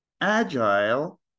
agile